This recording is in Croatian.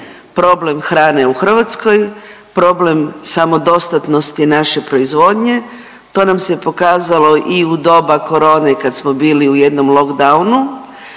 problem hrane u Hrvatskoj, problem samodostatnosti naše proizvodnje. To nam se pokazalo i u doba corone kad smo bili u jednom lockdownu